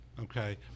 okay